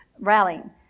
rallying